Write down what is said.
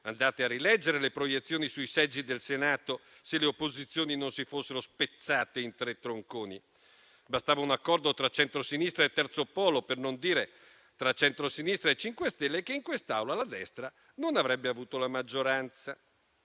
Andate a rileggere le proiezioni sui seggi del Senato. Se le opposizioni non si fossero spezzate in tre tronconi, bastava un accordo tra centrosinistra e terzo polo, per non dire tra centrosinistra e MoVimento 5 Stelle, e in quest'Aula la destra non avrebbe avuto la maggioranza.